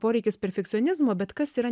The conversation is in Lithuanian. poreikis perfekcionizmo bet kas yra